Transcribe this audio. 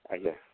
ଆଜ୍ଞା